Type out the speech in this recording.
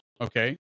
okay